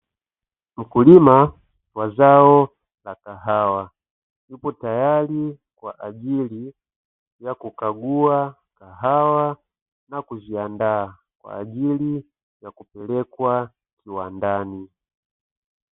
Mkulima wa zao la kahawa yupo tayari kwa ajili ya kukagua kahawa na kuziandaa kwa ajili ya kupelekwa kiwandani.